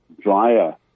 drier